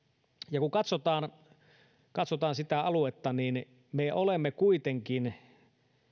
ja kun katsotaan katsotaan sitä aluetta niin me olemme kuitenkin